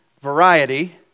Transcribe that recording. variety